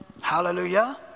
Hallelujah